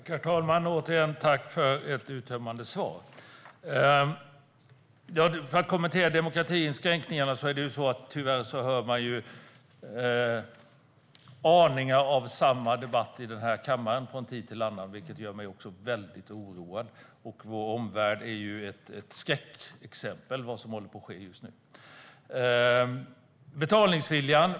Herr talman! Tack återigen för ett uttömmande svar, kulturministern! När det gäller demokratiinskränkningarna hör man ju aningar av samma debatt i den här kammaren från tid till annan, vilket gör mig mycket oroad. Vi ser i vår omvärld skräckexempel på vad som håller på att ske just nu.